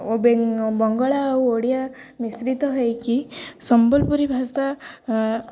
ବଙ୍ଗଳା ଆଉ ଓଡ଼ିଆ ମିଶ୍ରିତ ହେଇକି ସମ୍ବଲପୁରୀ ଭାଷା